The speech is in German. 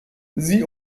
sie